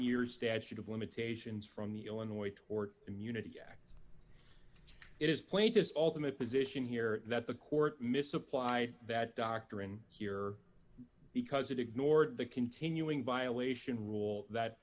years statute of limitations from the illinois tort immunity act it is plain just ultimate position here that the court misapplied that doctorin here because it ignored the continuing violation rule that